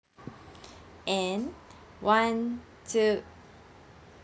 and one two